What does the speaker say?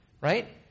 right